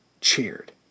cheered